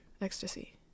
ecstasy